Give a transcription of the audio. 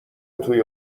توی